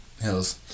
Hills